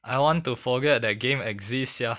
I want to forget that game exists sia